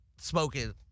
smoking